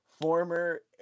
former